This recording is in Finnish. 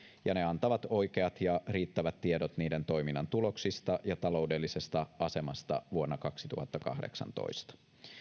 ja ne antavat oikeat ja riittävät tiedot niiden toiminnan tuloksista ja taloudellisesta asemasta vuonna kaksituhattakahdeksantoista